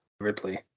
Ripley